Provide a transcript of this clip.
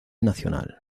nacional